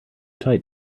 tight